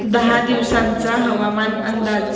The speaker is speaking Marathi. दहा दिवसांचा हवामान अंदाज